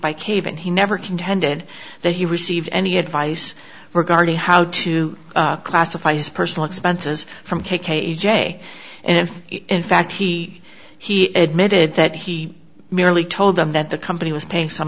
by cavan he never contended that he received any advice regarding how to classify his personal expenses from k k j and if in fact he he admitted that he merely told them that the company was paying some